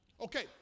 Okay